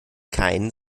kein